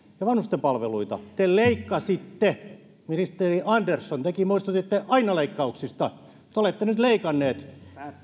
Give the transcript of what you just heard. ja vanhusten palveluita te leikkasitte ministeri andersson tekin muistutitte aina leikkauksista te olette nyt leikanneet